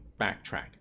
backtrack